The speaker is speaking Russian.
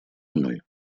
мной